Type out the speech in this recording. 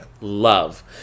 love